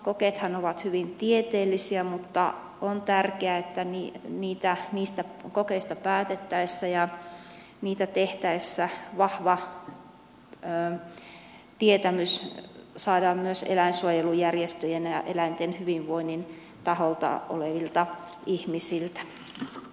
kokeethan ovat hyvin tieteellisiä mutta on tärkeää että niistä kokeista päätettäessä ja niitä tehtäessä vahva tietämys saadaan myös eläinsuojelujärjestöjen taholta ja eläinten hyvinvoinnista vastaavilta ihmisiltä